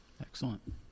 Excellent